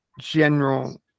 general